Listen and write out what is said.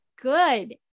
good